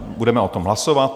Budeme o tom hlasovat.